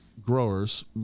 growers